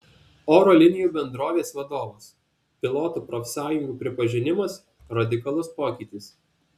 oro linijų bendrovės vadovas pilotų profsąjungų pripažinimas radikalus pokytis